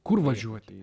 kur važiuoti